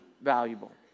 valuable